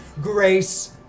grace